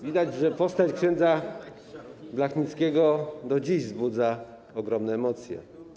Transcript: Widać, że postać ks. Blachnickiego do dziś wzbudza ogromne emocje.